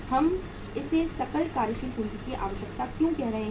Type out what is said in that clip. हम इसे सकल कार्यशील पूंजी की आवश्यकता क्यों कह रहे हैं